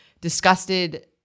disgusted